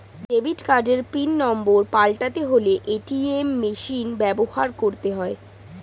debit কার্ডের PIN number পাল্টাতে হলে এ.টি.এম মেশিন ব্যবহার করতে হয়